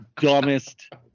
dumbest